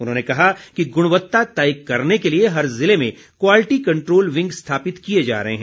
उन्होंने कहा कि गुणवत्ता तय करने के लिए हर जिले में क्वालिटी कंट्रोल विंग स्थापित किए जा रहे हैं